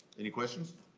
any questions?